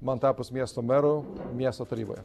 man tapus miesto mero miesto taryboje